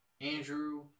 Andrew